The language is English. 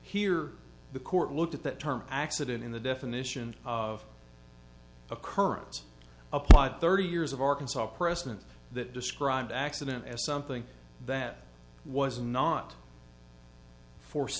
here the court looked at that term accident in the definition of occurrence applied thirty years of arkansas precedent that described accident as something that was not for